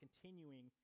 continuing